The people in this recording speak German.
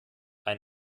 ein